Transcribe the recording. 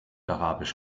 arabisch